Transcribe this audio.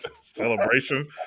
celebration